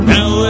Now